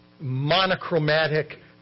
monochromatic